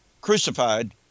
crucified